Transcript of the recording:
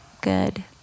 good